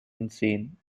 insane